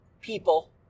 people